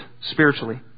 spiritually